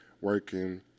working